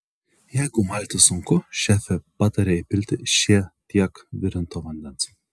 jeigu malti sunku šefė pataria įpilti šie tiek virinto vandens